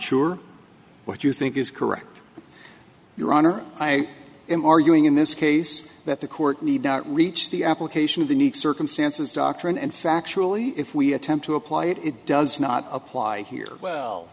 sure what you think is correct your honor i am arguing in this case that the court need not reach the application of the need circumstances doctrine and factually if we attempt to apply it it does not apply here well